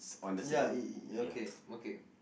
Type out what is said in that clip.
ya it it okay okay